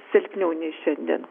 silpniau nei šiandien